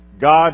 God